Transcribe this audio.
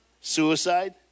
Suicide